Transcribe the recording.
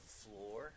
floor